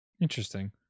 Interesting